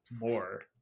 more